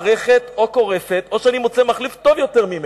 שהמערכת או קורסת בה או שאני מוצא מחליף טוב ממנה.